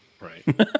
Right